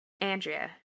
Andrea